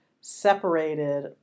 separated